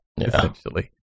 essentially